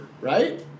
right